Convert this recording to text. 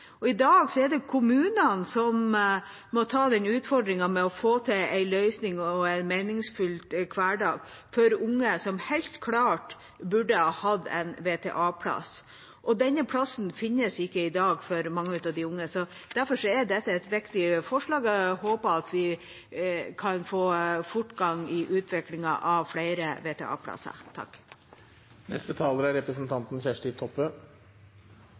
skole. I dag er det kommunene som må ta utfordringen med å få til en løsning og en meningsfylt hverdag for unge som helt klart burde hatt en VTA-plass, og denne plassen finnes ikke i dag for mange av disse unge. Derfor er dette et viktig forslag, og jeg håper vi kan få fortgang i utviklingen av flere VTA-plasser. Senterpartiet er